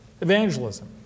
evangelism